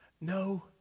no